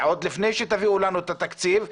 עוד לפני שתביאו לנו את התקציב,